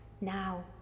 now